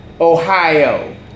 Ohio